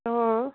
অঁ